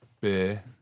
beer